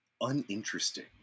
uninteresting